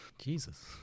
jesus